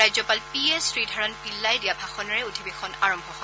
ৰাজ্যপাল P S Sreedharan Pillai দিয়া ভাষণেৰে অধিৱেশন আৰম্ভ হয়